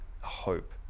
hope